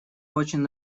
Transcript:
очень